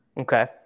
Okay